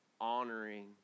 honoring